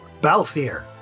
Balthier